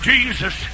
Jesus